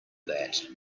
that